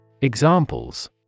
Examples